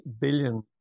billion